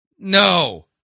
No